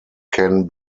can